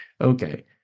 Okay